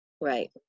Right